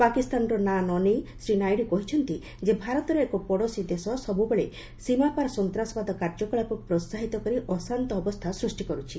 ପାକିସ୍ତାନର ନାଁ ନ ନେଇ ଶ୍ରୀ ନାଇଡୁ କହିଛନ୍ତି ଯେ ଭାରତର ଏକ ପଡ଼ୋଶୀ ଦେଶୀ ସବୁବେଳେ ସୀମାପାର ସନ୍ତ୍ରାସବାଦ କାର୍ଯ୍ୟକଳାପକୁ ପ୍ରୋହାହିତ କରି ଅଶାନ୍ତ ଅବସ୍ଥା ସୃଷ୍ଟି କରୁଛି